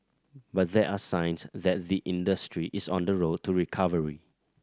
but there are signs that the industry is on the road to recovery